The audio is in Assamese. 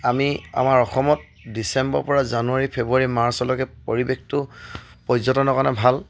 আমি আমাৰ অসমত ডিচেম্বৰ পৰা জানুৱাৰী ফেব্ৰুৱাৰী মাৰ্চলৈকে পৰিৱেশটো পৰ্যটনৰ কাৰণে ভাল